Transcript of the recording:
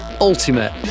ultimate